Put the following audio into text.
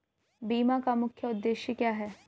बीमा का मुख्य उद्देश्य क्या है?